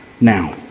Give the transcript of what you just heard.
now